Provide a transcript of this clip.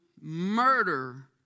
murder